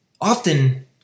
often